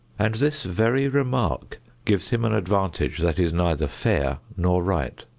and this very remark gives him an advantage that is neither fair nor right.